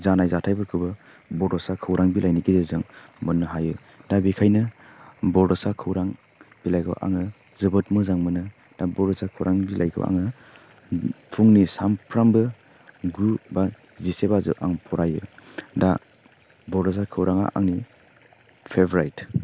जानाय जाथायफोरखौबो बड'सा खौरां बिलाइनि गेजेरजों मोननो हायो दा बेखायनो बड'सा खौरां बिलाइखौ आङो जोबोद मोजां मोनो दा बड'सा खौरां बिलाइखौ आङो फुंनि सामफ्रामबो गु बा जिसे बाजियाव आं फरायो दा बड'सा खौराङा आंनि फेभ्राइट